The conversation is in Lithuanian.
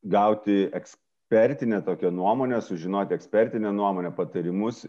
gauti ekspertinę tokią nuomonę sužinoti ekspertinę nuomonę patarimus